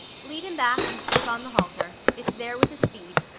lead him back and slip on the halter. it's there with his feed.